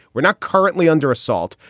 we're not currently under assault.